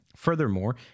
Furthermore